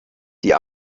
die